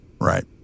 Right